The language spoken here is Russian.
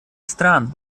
стран